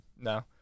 no